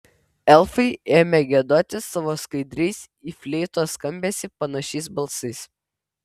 elfai ėmė giedoti savo skaidriais į fleitos skambesį panašiais balsais